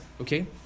Okay